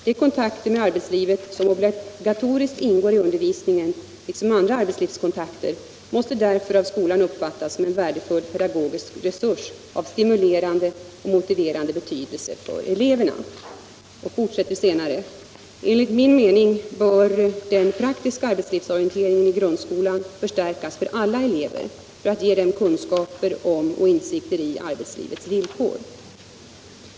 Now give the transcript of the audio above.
De kontakter med arbetslivet som obligatoriskt ingår i undervisningen liksom andra arbetslivskontakter måste därför av skolan uppfattas som en värdefull pedagogisk resurs av stimulerande och motiverande betydelse för eleverna.” Jag skriver senare: ”Enligt min mening bör den praktiska arbetslivsorienteringen i grundskolan förstärkas för alla elever för att ge dem kunskaper om och insikter i arbetslivets villkor.